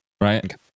right